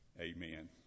amen